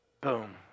Boom